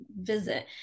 visit